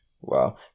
Wow